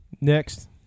Next